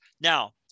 Now